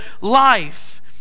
life